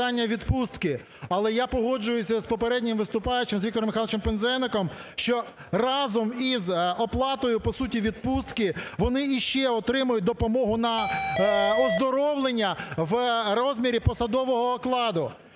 відпустки, але я погоджуюся з попереднім виступаючим, з Віктором Михайловичем Пинзеником, що разом із оплатою, по суті, відпустки вони іще отримують допомогу на оздоровлення в розмірі посадового окладу.